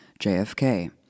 JFK